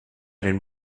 den